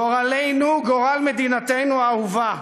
גורלנו, גורל מדינתנו האהובה,